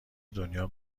دنیا